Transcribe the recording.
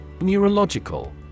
Neurological